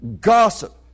gossip